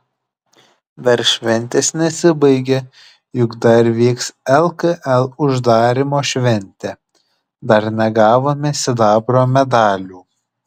dar šventės nesibaigė juk dar vyks lkl uždarymo šventė dar negavome sidabro medalių